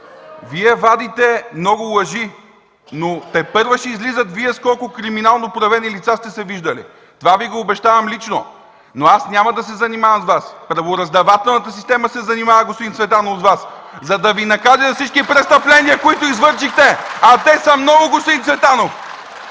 Вие вадите много лъжи, но тепърва ще излиза Вие с колко криминално проявени лица сте се виждали. Това Ви го обещавам лично. Но аз няма да се занимавам с Вас – правораздавателната система се занимава, господин Цветанов, с Вас (ръкопляскания от ДПС), за да Ви накаже за всички престъпления, които извършихте. А те са много, господин Цветанов.